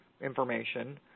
information